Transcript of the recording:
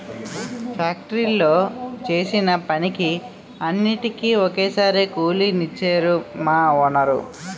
ఫ్యాక్టరీలో చేసిన పనికి అన్నిటికీ ఒక్కసారే కూలి నిచ్చేరు మా వోనరు